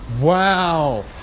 Wow